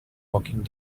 walking